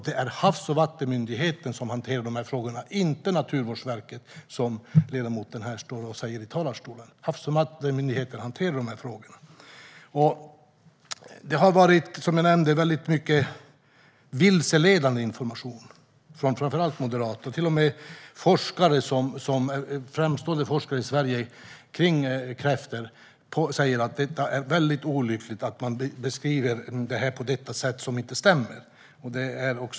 Det är Havs och vattenmyndigheten som hanterar frågorna, inte Naturvårdsverket, som ledamoten säger i talarstolen. Havs och vattenmyndigheten hanterar dessa frågor. Det har kommit mycket vilseledande information från framför allt moderater. Till och med framstående forskare i Sverige som forskar om kräftor säger att det är olyckligt att denna fråga beskrivs på ett sätt som inte stämmer.